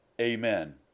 amen